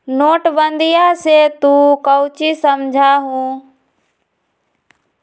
नोटबंदीया से तू काउची समझा हुँ?